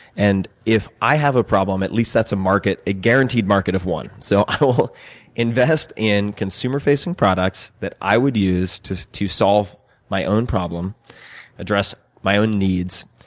and if i have a problem, at least that's a market a guaranteed market of one. so i'll invest in consumer facing products that i would use to to solve my own problem, and address my own needs.